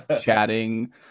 chatting